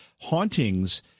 hauntings